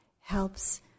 helps